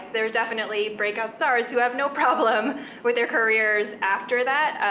there are definitely breakout stars who have no problem with their careers after that,